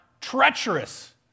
treacherous